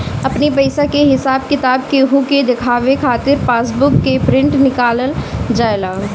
अपनी पईसा के हिसाब किताब केहू के देखावे खातिर पासबुक के प्रिंट निकालल जाएला